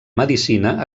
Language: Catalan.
medicina